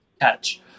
catch